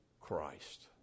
Christ